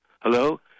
Hello